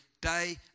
day